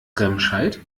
remscheid